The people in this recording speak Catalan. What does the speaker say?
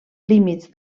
límits